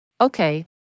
Okay